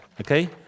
okay